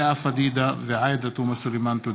לאה פדידה ועאידה תומא סלימאן בנושא: